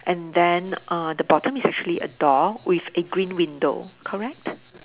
and then uh the bottom is actually a door with a green window correct